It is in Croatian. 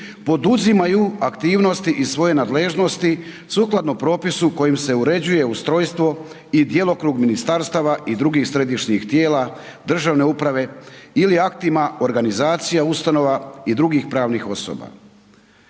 poduzimaju aktivnosti iz svoje nadležnosti sukladno propisu kojim se uređuje ustrojstvo i djelokrug ministarstava i dr. središnjih tijela državne uprave ili aktima organizacija, ustanova i drugih pravnih osoba.